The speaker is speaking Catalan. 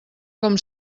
com